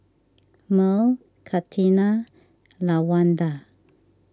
Mearl Catina Lawanda